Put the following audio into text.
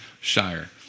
Shire